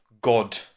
god